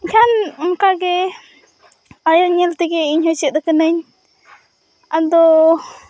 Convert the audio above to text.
ᱮᱠᱷᱟᱱ ᱚᱱᱠᱟᱜᱮ ᱟᱭᱳ ᱧᱮᱞᱛᱮᱜᱮ ᱤᱧᱦᱚᱸ ᱪᱮᱫ ᱟᱠᱟᱱᱟᱹᱧ ᱟᱫᱚ